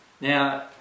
Now